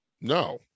No